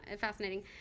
Fascinating